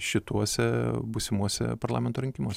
šituose būsimuose parlamento rinkimuos